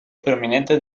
prominente